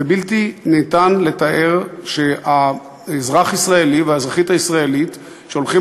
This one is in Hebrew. זה בלתי ניתן לתיאור שאזרח ישראלי ואזרחית ישראלית שהולכים